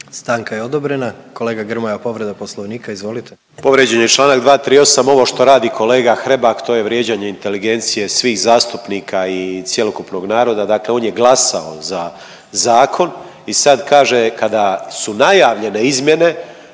Stanka je odobrena. Kolega Grmoja povreda Poslovnika, izvolite. **Grmoja, Nikola (MOST)** Povrijeđen je Članak 238., ovo što radi kolega Hrebak to je vrijeđanje inteligencije svih zastupnika i cjelokupnog naroda. Dakle, on je glasao za zakon i sad kaže kada su najavljene izmjene,